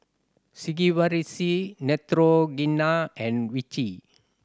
Sigvaris Neutrogena and Vichy